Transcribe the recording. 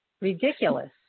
Ridiculous